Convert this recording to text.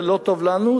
זה לא טוב לנו,